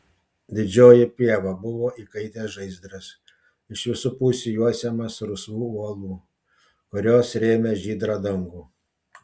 didžioji pieva buvo įkaitęs žaizdras iš visų pusių juosiamas rusvų uolų kurios rėmė žydrą dangų